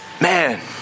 Man